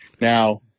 Now